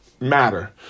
matter